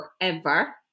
forever